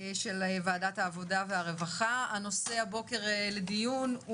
ועדת העבודה, הרווחה והבריאות.